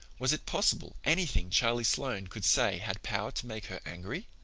was it possible anything charlie sloane could say had power to make her angry?